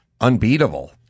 unbeatable